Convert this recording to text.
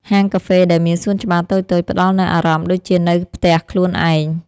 ហាងកាហ្វេដែលមានសួនច្បារតូចៗ ផ្តល់នូវអារម្មណ៍ដូចជានៅផ្ទះខ្លួនឯង។